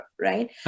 right